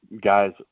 guys